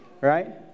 right